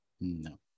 No